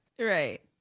Right